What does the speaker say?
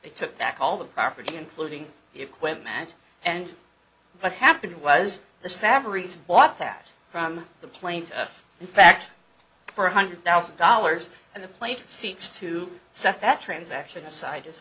they took back all the property including the equipment and what happened was the salaries bought that from the plaintiff in fact for one hundred thousand dollars and the plate seeks to set that transaction aside as